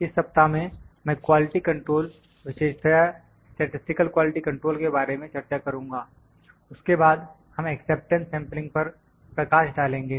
इस सप्ताह में मैं क्वालिटी कंट्रोल विशेषतया स्टैटिसटिकल क्वालिटी कंट्रोल के बारे में चर्चा करूँगा उसके बाद हम एक्सेप्टेंस सेंपलिंग पर प्रकाश डालेंगे